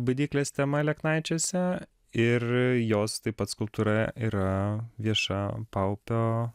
baidyklės tema aleknaičiuose ir jos taip pat skulptūra yra vieša paupio